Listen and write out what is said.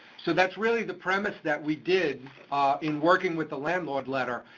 so that's really the premise that we did in working with the landlord letter,